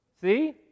see